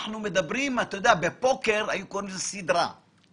בפוקר, או